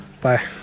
Bye